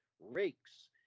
rakes